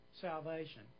salvation